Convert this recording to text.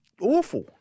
awful